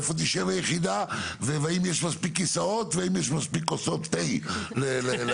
איפה תשב היחידה והאם יש מספיק כיסאות והאם יש מספיק כוסות תה לפקידים.